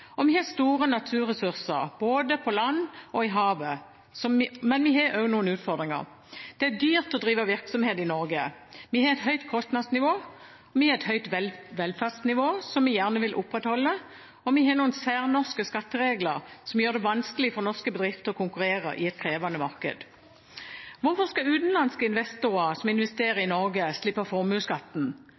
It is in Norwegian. og vi har store naturressurser både på land og i havet. Men vi har også noen utfordringer. Det er dyrt å drive virksomhet i Norge. Vi har et høyt kostnadsnivå. Vi har et høyt velferdsnivå som vi gjerne vil opprettholde, og vi har noen særnorske skatteregler som gjør det vanskelig for norske bedrifter å konkurrere i et krevende marked. Hvorfor skal utenlandske investorer som investerer i Norge, slippe